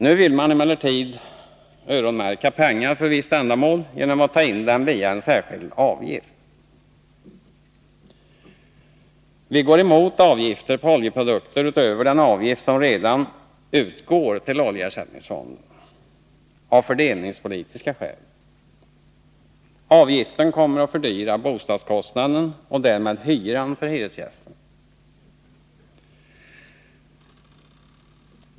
Nu vill man emellertid ”öronmärka” pengar för visst ändamål genom att ta in dem via en särskild avgift. Vi är av fördelningspolitiska skäl mot avgifter på oljeprodukter, utöver den avgift som redan utgår till oljeersättningsfonden. Avgiften kommer att fördyra bostadskostnaden och därmed hyran för hyresgästerna.